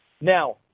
Now